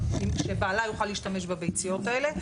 שבעלה יוכל להשתמש בביציות האלה.